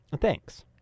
Thanks